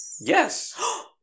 Yes